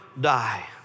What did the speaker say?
die